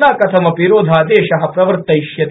न कथमपि रोधादेश प्रवर्तयिष्यते